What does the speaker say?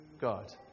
God